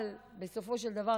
אבל בסופו של דבר,